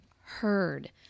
heard